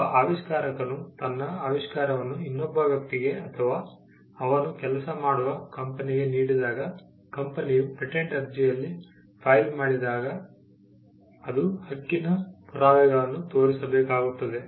ಒಬ್ಬ ಆವಿಷ್ಕಾರಕನು ತನ್ನ ಆವಿಷ್ಕಾರವನ್ನು ಇನ್ನೊಬ್ಬ ವ್ಯಕ್ತಿಗೆ ಅಥವಾ ಅವನು ಕೆಲಸ ಮಾಡುವ ಕಂಪನಿಗೆ ನೀಡಿದಾಗ ಕಂಪನಿಯು ಪೇಟೆಂಟ್ ಅರ್ಜಿಯಲ್ಲಿ ಫೈಲ್ ಮಾಡಿದಾಗ ಅದು ಹಕ್ಕಿನ ಪುರಾವೆಗಳನ್ನು ತೋರಿಸಬೇಕಾಗುತ್ತದೆ